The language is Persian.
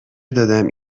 دادم